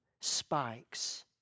spikes